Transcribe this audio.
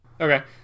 Okay